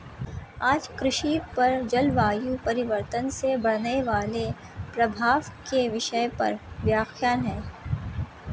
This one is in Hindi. आज कृषि पर जलवायु परिवर्तन से पड़ने वाले प्रभाव के विषय पर व्याख्यान है